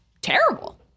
terrible